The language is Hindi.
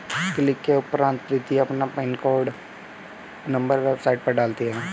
क्लिक के उपरांत प्रीति अपना पेन कार्ड नंबर वेबसाइट पर डालती है